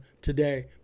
today